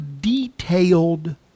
detailed